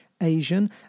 asian